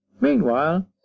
Meanwhile